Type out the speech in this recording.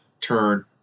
Turn